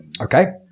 Okay